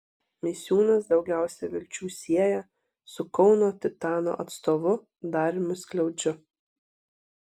misiūnas daugiausia vilčių sieja su kauno titano atstovu dariumi skliaudžiu